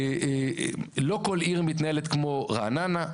לא כל עיר מתנהלת כמו רעננה,